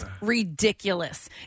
ridiculous